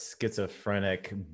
schizophrenic